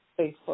Facebook